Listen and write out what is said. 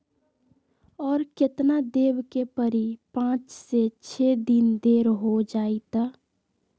और केतना देब के परी पाँच से छे दिन देर हो जाई त?